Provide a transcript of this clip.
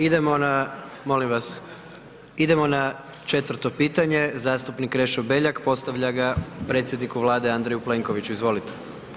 Idemo na, molim vas, idemo na 4. pitanje zastupnik Krešo Beljak, postavlja ga predsjedniku Vlade Andreju Plenkoviću, izvolite.